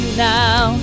now